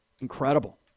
Incredible